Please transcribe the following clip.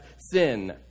sin